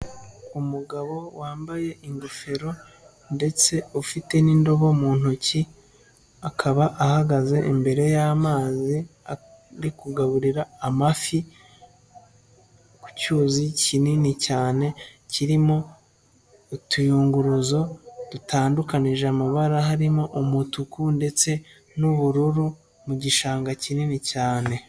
Umugabo wambaye ingofero ndetse ufite n'indobo mu ntoki, akaba ahagaze imbere y'amazi, ari kugaburira amafi ku cyuzi kinini cyane kirimo utuyunguruzo dutandukanije amabara, harimo umutuku ndetse n'ubururu mu gishanga kinini cyane.